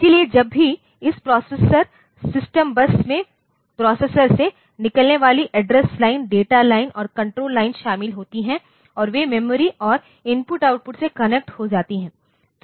इसलिए जब भी इस प्रोसेसर सिस्टम बस में प्रोसेसर से निकलने वाली एड्रेस लाइन डेटा लाइन और कंट्रोल लाइन शामिल होती हैं और वे मेमोरी और I O से कनेक्ट हो जाती हैं